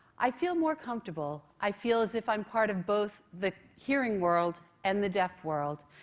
i feel more comfortable. i feel as if i'm part of both the hearing world and the deaf world.